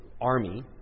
army